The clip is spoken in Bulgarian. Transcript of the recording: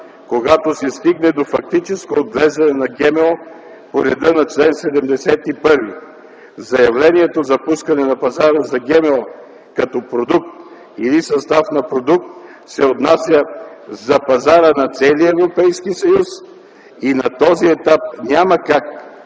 когато се стигне до фактическо отглеждане на ГМО по реда на чл. 71. Заявлението за пускане на пазара за ГМО като продукт или състав на продукт се отнася за пазара на целия Европейски съюз и на този етап няма как